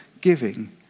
giving